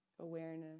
awareness